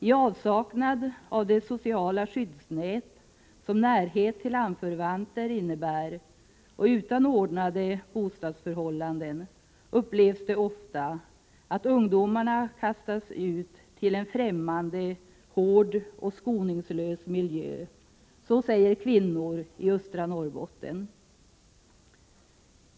I avsaknad av det sociala skyddsnät som närhet till anförvanter innebär, och utan ordnade bostadsförhållanden, upplevs det ofta att ungdomarna kastas ut till en främmande, hård och skoningslös miljö. Så säger kvinnor i östra Norrbotten.